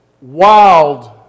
wild